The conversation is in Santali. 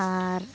ᱟᱨ